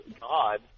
God